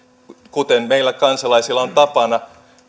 kuten meillä kansalaisilla on tapana